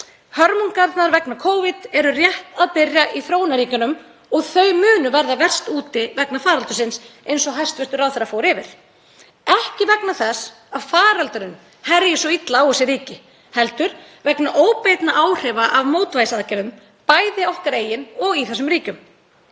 Hörmungarnar vegna Covid eru rétt að byrja í þróunarríkjunum og þau munu verða verst úti vegna faraldursins, eins og hæstv. ráðherra fór yfir, ekki vegna þess að faraldurinn herji svo illa á þessi ríki heldur vegna óbeinna áhrifa af mótvægisaðgerðum, bæði okkar eigin og í þessum ríkjum.